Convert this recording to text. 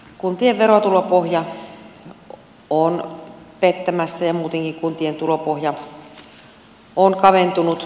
kuntien verotulopohja on pettämässä ja muutenkin kuntien tulopohja on kaventunut